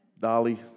Dolly